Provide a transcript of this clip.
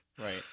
right